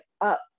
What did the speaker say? up